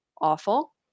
awful